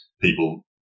people